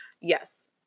Yes